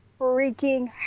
freaking